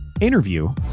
interview